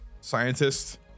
scientist